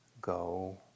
go